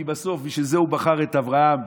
כי בסוף בשביל זה הוא בחר את אברהם,